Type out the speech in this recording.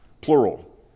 plural